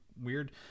weird